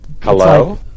Hello